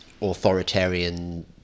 Authoritarian